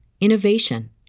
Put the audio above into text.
innovation